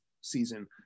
season